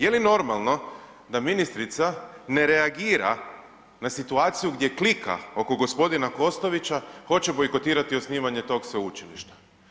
Je li normalno da ministrica ne reagira na situaciju gdje klika oko gospodina Kostovića hoće bojkotirati osnivanje tog sveučilišta?